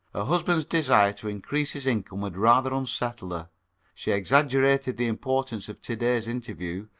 husband's desire to increase his income had rather unsettled her she exaggerated the importance of to-day's interview,